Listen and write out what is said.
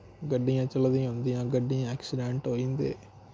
गड्डियां झनकोई जंदियां गड्डियें दे ऐक्सीडेंट होई होंदे